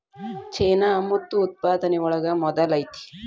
ಚೇನಾ ಮುತ್ತು ಉತ್ಪಾದನೆ ಒಳಗ ಮೊದಲ ಐತಿ